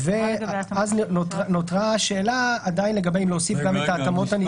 אז נותרה השאלה עדיין האם להוסיף גם ההתאמות הנדרשות.